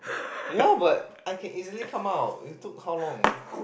ya but I can easily come out you took how long